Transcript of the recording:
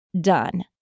done